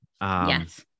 Yes